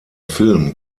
film